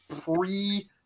pre